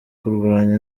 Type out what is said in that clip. kurwanya